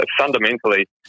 fundamentally